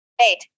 Eight